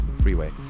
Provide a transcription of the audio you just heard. freeway